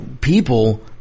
people